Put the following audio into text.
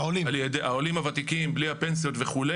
העולים הוותיקים בלי הפנסיות וכו',